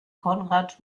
konrad